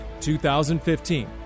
2015